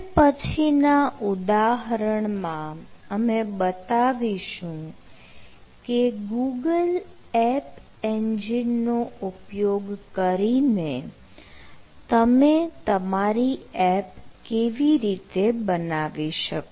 હવે પછી ના ઉદાહરણમાં અમે બતાવીશું કે ગૂગલ એપ એન્જિનનો ઉપયોગ કરીને તમે તમારી એપ કેવી રીતે બનાવી શકો